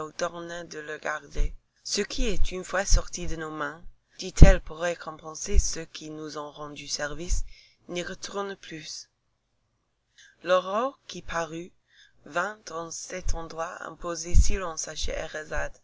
de le garder ce qui est une fois sorti de nos mains dit-elle pour récompenser ceux qui nous ont rendu service n'y retourne plus l'aurore qui parut vint en cet endroit imposer